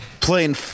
Playing